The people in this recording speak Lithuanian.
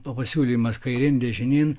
pasiūlimas kairėn dešinėn